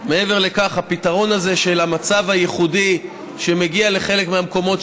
הפתרון הזה של המצב הייחודי שמגיע לחלק מהמקומות,